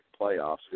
playoffs